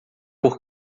por